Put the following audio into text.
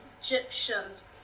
Egyptians